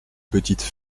petites